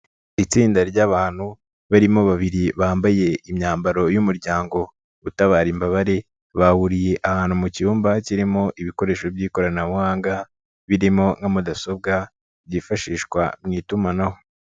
Itsinda ry'abantu, barimo babiri bambaye imyambaro y'umuryango utabara imbabare, bahuriye ahantu mu cyumba kirimo ibikoresho by'ikoranabuhanga, birimo nka mudasobwa, byifashishwa mu itumanaho.